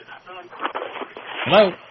Hello